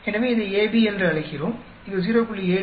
எனவே இதை AB என்று அழைக்கிறோம் இது 0